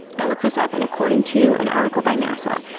i looked this up and according to an article by nasa,